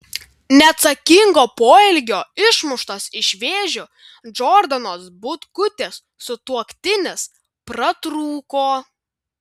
neatsakingo poelgio išmuštas iš vėžių džordanos butkutės sutuoktinis pratrūko